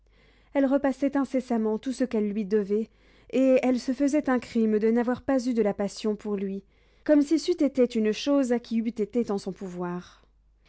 elle repassait incessamment tout ce qu'elle lui devait et elle se faisait un crime de n'avoir pas eu de la passion pour lui comme si c'eût été une chose qui eût été en son pouvoir